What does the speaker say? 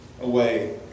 away